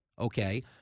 okay